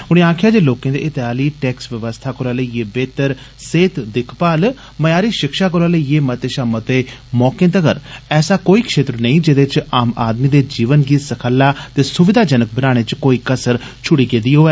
उनें आक्खेआ जे लोकें दे हितै आली टैक्स व्यवस्था कोला लेइये बेहतर सेहत दिक्खभाल म्यारी षिक्षा कोला लेइए मते षा मते मौके तगर ऐसा कोई क्षेत्र नेई ऐ जेदे च आम आदमी दे जीवन गी सखल्ला सुविधाजनक बनाने च कोई कसर छुड़ी गेदी होऐ